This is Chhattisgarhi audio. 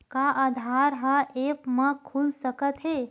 का आधार ह ऐप म खुल सकत हे?